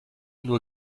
nur